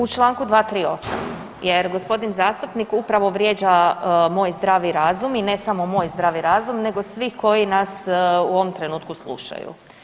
U čl. 238. jer gospodin zastupnik upravo vrijeđa moj zdravi razum i ne samo moj zdravi razum nego svih koji nas u ovom trenutku slušaju.